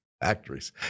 factories